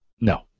No